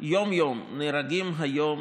יום-יום נהרגים היום